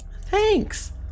thanks